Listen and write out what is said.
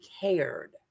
cared